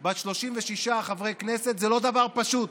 בת 36 חברי כנסת זה לא דבר פשוט,